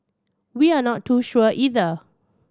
we are not too sure either